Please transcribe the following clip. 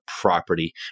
property